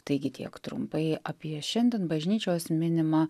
taigi tiek trumpai apie šiandien bažnyčios minimą